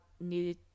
needed